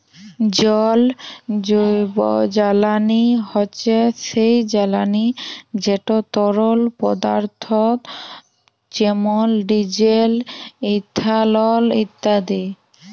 জল জৈবজ্বালানি হছে সেই জ্বালানি যেট তরল পদাথ্থ যেমল ডিজেল, ইথালল ইত্যাদি